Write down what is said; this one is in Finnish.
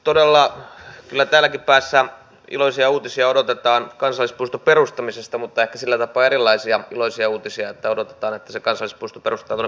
todella kyllä täälläkin päässä iloisia uutisia odotetaan kansallispuiston perustamisesta mutta ehkä sillä tapaa erilaisia iloisia uutisia että odotetaan että se kansallispuisto perustetaan porkkalaan